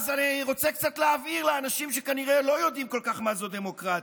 אז אני רוצה קצת להבהיר לאנשים שכנראה לא יודעים כל כך מה זה דמוקרטיה: